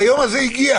והיום הזה הגיע.